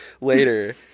later